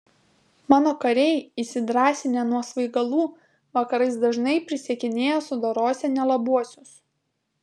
mano kariai įsidrąsinę nuo svaigalų vakarais dažnai prisiekinėja sudorosią nelabuosius